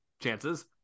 chances